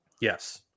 Yes